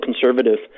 conservative